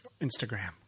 Instagram